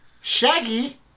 Shaggy